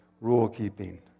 rule-keeping